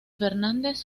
fernández